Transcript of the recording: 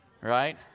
right